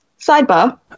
sidebar